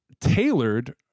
tailored